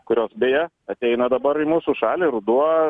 kurios beje ateina dabar į mūsų šalį ruduo